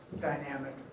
dynamic